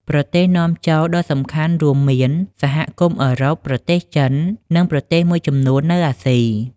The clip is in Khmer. ប្រទេសនាំចូលដ៏សំខាន់រួមមាន សហគមន៍អឺរ៉ុប ប្រទេសចិន និងប្រទេសមួយចំនួននៅអាស៊ី។